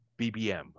BBM